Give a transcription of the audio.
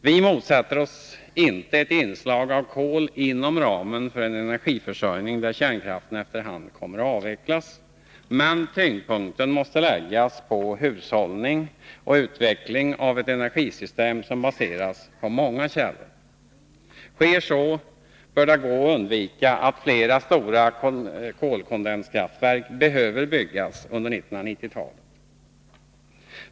Vi motsätter oss inte ett inslag av kol inom ramen för en energiförsörjning där kärnkraften efter hand kommer att avvecklas, men tyngdpunkten måste läggas på hushållning och utveckling av ett energisystem som baseras på många källor. Sker så, bör det gå att undvika att flera stora kolkondenskraftverk måste byggas under 1990-talet.